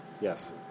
Yes